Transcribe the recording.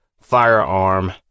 firearm